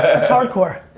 that's hardcore.